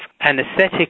Anesthetic